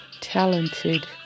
talented